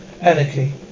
anarchy